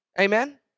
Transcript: Amen